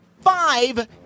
five